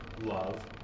love